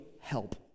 help